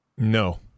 No